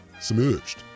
Submerged